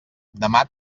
demà